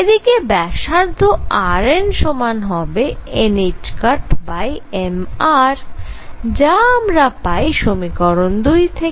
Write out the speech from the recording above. এদিকে ব্যাসার্ধ rn সমান হবে nℏmr যা আমরা পাই সমীকরণ 2 থেকে